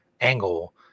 angle